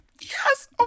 yes